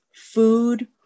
food